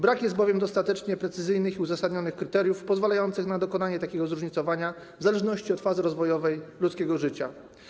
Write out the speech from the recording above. Brak jest bowiem dostatecznie precyzyjnych i uzasadnionych kryteriów pozwalających na dokonanie takiego zróżnicowania w zależności od fazy rozwojowej ludzkiego życia.